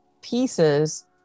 pieces